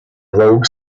rogue